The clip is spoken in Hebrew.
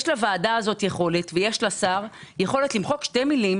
יש לוועדה הזאת יכולת ויש לה וגם לשר יש יכולת למחוק שתי מילים